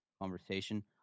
conversation